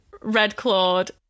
red-clawed